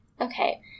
Okay